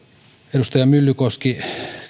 edustaja myllykoski